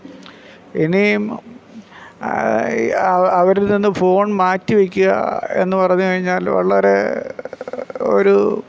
ഇനിയും അവരിൽനിന്ന് ഫോൺ മാറ്റി വയ്ക്കുക എന്ന് പറഞ്ഞു കഴിഞ്ഞാൽ വളരെ ഒരു